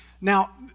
Now